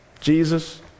Jesus